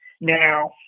Now